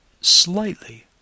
slightly